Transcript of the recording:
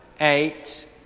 eight